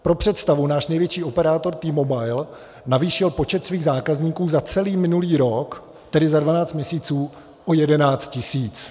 Pro představu, náš největší operátor TMobile navýšil počet svých zákazníků za celý minulý rok, tedy za dvanáct měsíců, o jedenáct tisíc.